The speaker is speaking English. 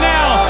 now